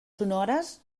sonores